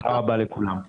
תודה רבה לכולם.